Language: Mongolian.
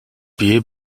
биеэ